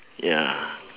ya